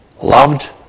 Loved